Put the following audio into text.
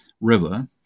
River